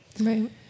Right